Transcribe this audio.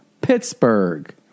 Pittsburgh